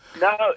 No